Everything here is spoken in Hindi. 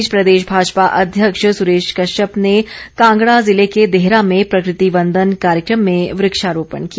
इस बीच प्रदेश भाजपा अध्यक्ष सुरेश कश्यप ने कांगड़ा जिले के देहरा में प्रकृति वंदन कार्यक्रम में वृक्षारोपण किया